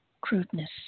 crudeness